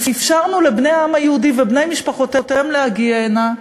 אפשרנו לבני העם היהודי ובני משפחותיהם להגיע הנה,